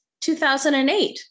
2008